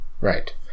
Right